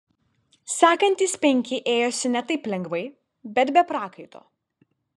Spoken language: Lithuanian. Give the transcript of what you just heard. sekantys penki ėjosi ne taip lengvai bet be prakaito